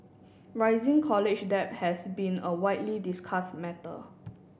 rising college debt has been a widely discussed matter